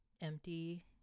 empty